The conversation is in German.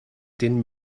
den